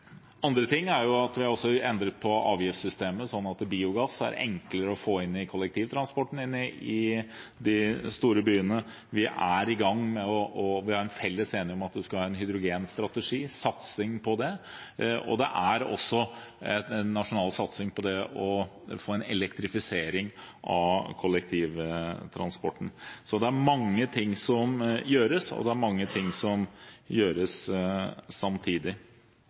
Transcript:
vi endret på avgiftssystemet, slik at bruk av biogass blir enklere for kollektivtransporten i de store byene. Vi er i gang med og er felles enige om at vi skal ha en hydrogenstrategi, en satsing på det. Og det er også en nasjonal satsing på det å elektrifisere kollektivtransporten. Det er mye som gjøres, og det er mye som gjøres samtidig. Når det gjelder innretning, tror jeg egentlig at forbudssoner kanskje er et vel så egnet virkemiddel som